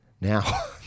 Now